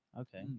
Okay